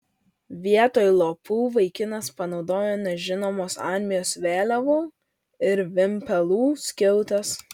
vietoj lopų vaikinas panaudojo nežinomos armijos vėliavų ir vimpelų skiautes